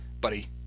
buddy